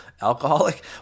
alcoholic